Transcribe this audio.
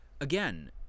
again